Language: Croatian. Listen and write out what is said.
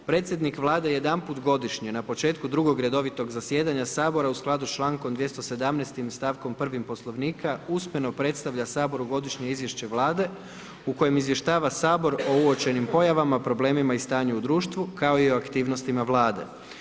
Predsjednik Vlade jedanput godišnje, na početku drugog redovitog zasjedanja Sabora u skladu s člankom 217. stavkom 1. Poslovnika, usmeno predstavlja Saboru Godišnje izvješće Vlade u kojem izvještava Sabor o uočenim pojavama, problemima i stanju u društvu kao i o aktivnostima Vlade.